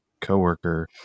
coworker